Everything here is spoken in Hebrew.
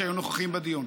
שהיו נוכחים בדיון?